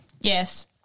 Yes